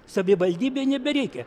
savivaldybei nebereikia